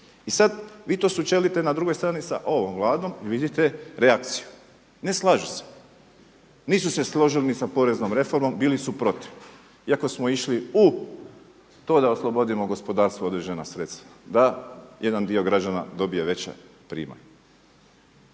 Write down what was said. I sada vi to sučelite na drugoj strani sa ovom Vladom i vidite reakciju, ne slažu se. Nisu se složili ni sa poreznom reformom, bili su protiv, iako smo išli u to da oslobodimo gospodarstvo određena sredstva, da jedan dio građana dobije veća primanja,